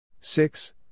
Six